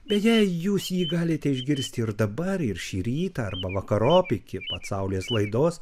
beje jūs jį galite išgirsti ir dabar ir šį rytą arba vakarop iki pat saulės laidos